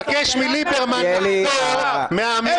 נותנים לו בידיים סמכויות --- תבקש מליברמן לחזור מהאמירה